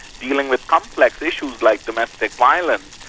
dealing with complex issues like domestic violence,